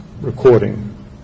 recording